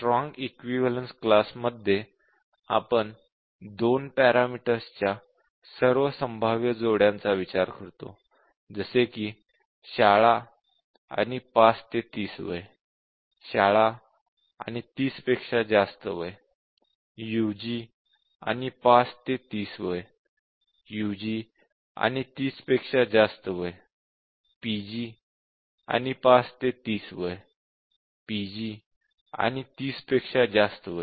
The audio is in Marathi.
स्ट्रॉंग इक्विवलेन्स क्लास मध्ये आपण दोन पॅरामीटर्सच्या सर्व संभाव्य जोड्यांचा विचार करतो जसे कि शाळा आणि 5 ते 30 वय शाळा आणि 30 पेक्षा जास्त वय यूजी आणि 5 ते 30 वय यूजी आणि 30 पेक्षा जास्त वय पीजी आणि 5 ते 30 वय पीजी आणि 30 पेक्षा जास्त वय